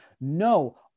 No